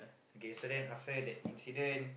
okay so then after that the incident